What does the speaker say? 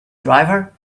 driver